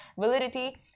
validity